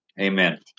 amen